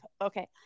Okay